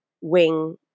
wing